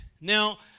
Now